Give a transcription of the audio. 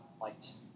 lights